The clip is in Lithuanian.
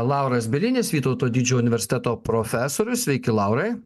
lauras bielinis vytauto didžiojo universiteto profesorius sveiki laurai